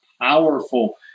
powerful